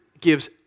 gives